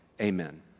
Amen